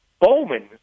Bowman